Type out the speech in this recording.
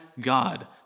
God